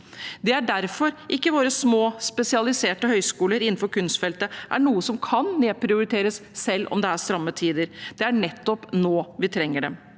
Det er derfor våre små, spesialiserte høyskoler innenfor kunstfeltet ikke er noe som kan nedprioriteres selv om det er stramme tider – det er nettopp nå vi trenger dem.